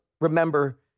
remember